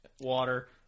water